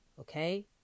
okay